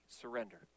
surrender